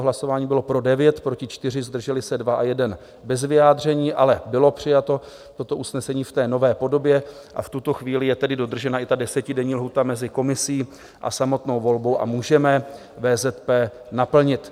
Hlasování bylo: pro 9, proti 4, zdrželi se 2 a 1 bez vyjádření, ale bylo přijato toto usnesení v té nové podobě, a v tuto chvíli je tedy dodržena i desetidenní lhůta mezi komisí a samotnou volbou a můžeme VZP naplnit.